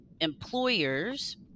employers